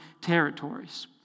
territories